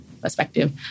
perspective